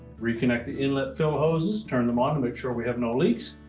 reconnect the inlet fill hoses, turn them on to make sure we have no leaks.